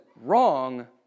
wrong